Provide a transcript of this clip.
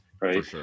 Right